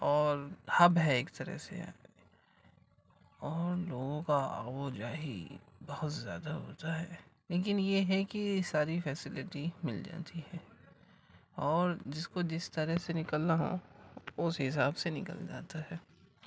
اور ہب ہے ایک طرح سے اور لوگوں کا آؤ جاہی بہت زیادہ ہوتا ہے لیکن یہ ہے کہ ساری فیسلیٹی مل جاتی ہے اور جس کو جس طرح سے نکلنا ہو اس حساب سے نکل جاتا ہے